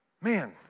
Man